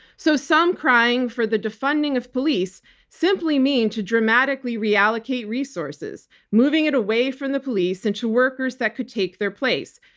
so some crying for the defunding of police simply mean to dramatically reallocate resources, moving it away from the police and to workers that could take their place,